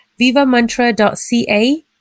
vivamantra.ca